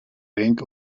rank